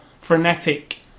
frenetic